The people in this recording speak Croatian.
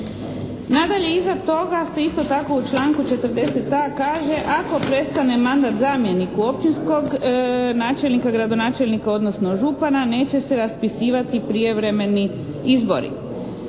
Nadalje iza toga se isto tako u članku 40. a, kaže ako prestane mandat zamjeniku općinskog načelnika, gradonačelnika odnosno župana neće se raspisivati prijevremeni izbori.